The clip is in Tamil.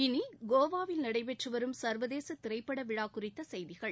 இனி கோவாவில் நடைபெற்று வரும் சர்வசேத திரைப்படவிழா குறித்த செய்திகள்